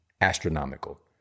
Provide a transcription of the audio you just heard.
astronomical